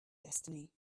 destiny